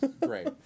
Great